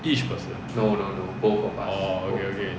each person orh okay okay